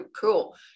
cool